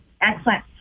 Excellent